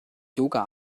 yoga